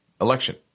election